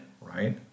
right